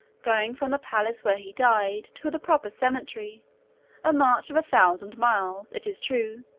going from the palace where he died to the proper cemetery a march of a thousand miles, it is true,